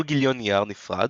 כל גיליון נייר נפרד